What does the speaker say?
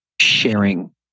sharing